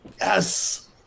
Yes